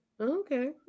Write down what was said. Okay